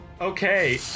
Okay